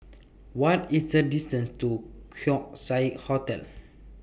What IS The distance to Keong Saik Hotel